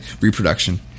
reproduction